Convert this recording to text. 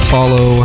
Follow